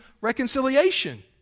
reconciliation